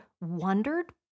wondered